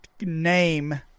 name